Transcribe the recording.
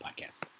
podcast